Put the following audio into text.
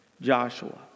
Joshua